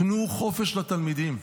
תנו חופש לתלמידים,